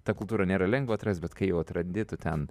tą kultūrą nėra lengva atrast bet kai jau atrandi tu ten